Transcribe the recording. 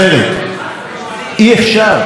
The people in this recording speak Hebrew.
אי-אפשר, כבוד היושב-ראש,